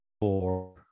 Four